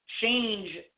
change